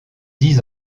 dix